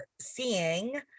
seeing